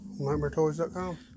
NightmareToys.com